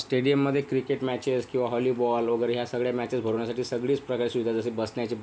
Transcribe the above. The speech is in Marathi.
स्टेडियममध्ये क्रिकेट मॅचेस किंवा हॉलीबॉल वगैरे ह्या सगळ्या मॅचेस भरवण्यासाठी सगळीच प्रकार सुविधा जसे बसण्याची